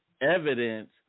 evidence